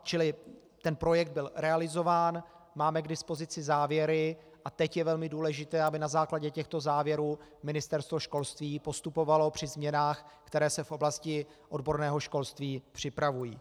Čili ten projekt byl realizován, máme k dispozici závěry a teď je velmi důležité, aby na základě těchto závěrů Ministerstvo školství postupovalo při změnách, které se v oblasti odborného školství připravují.